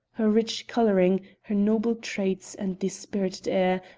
her rich coloring, her noble traits and the spirited air,